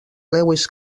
lewis